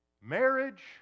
marriage